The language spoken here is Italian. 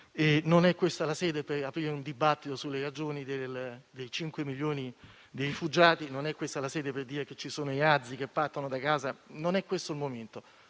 Non è questa la sede per aprire un dibattito sulle ragioni dei 5 milioni di rifugiati; non è questa la sede per dire che ci sono razzi che partono da Gaza. Non è questo il momento.